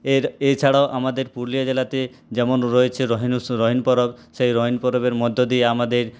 এর এছাড়াও আমাদের পুরুলিয়া জেলাতে যেমন রয়েছে রহিন উৎসব রহিন পরব সেই রহিন পরবের মধ্য দিয়ে আমাদের